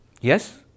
Yes